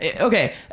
okay